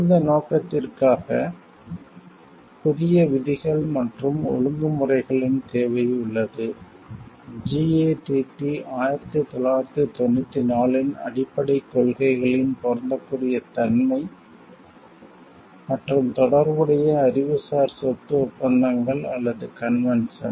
இந்த நோக்கத்திற்காக புதிய விதிகள் மற்றும் ஒழுங்குமுறைகளின் தேவை உள்ளது GATT 1994 இன் அடிப்படைக் கொள்கைகளின் பொருந்தக்கூடிய தன்மை மற்றும் தொடர்புடைய அறிவுசார் சொத்து ஒப்பந்தங்கள் அல்லது கன்வென்ஷன்